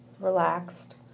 relaxed